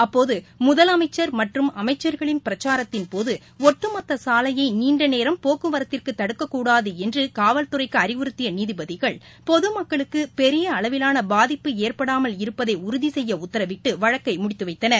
அப்போது முதலமைச்சர் மற்றும் அமைச்சர்களின் பிரச்சாரத்தின்போது ஒட்டுமொத்தசாலையநீண்டநேரம் போக்குவரத்திற்குதடுக்க்கூடாதுஎன்றுகாவல்துறைக்குஅறிவுறுத்தியநீதிபதிகள் பொதுமக்களுக்குபெரியஅளவிலானபாதிப்பு ஏற்படாமல் இருப்பதைஉறுதிசெய்யஉத்தரவிட்டுவழக்கைமுடித்துவைத்தனர்